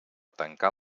tancar